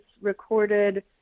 recorded